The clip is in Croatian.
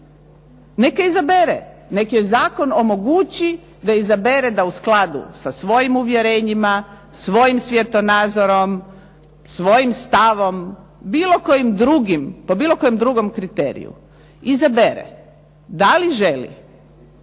neka izabere, nek joj zakon omogući da izabere da u skladu sa svojim uvjerenjima, svojim svjetonazorom, svojim stavom, bilo kojim drugim, po bilo kojem drugom kriteriju izabere da li želi